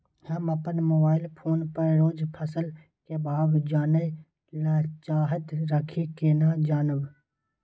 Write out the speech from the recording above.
हम अपन mobile phone पर रोज फसल के भाव जानय ल चाहैत रही केना जानब?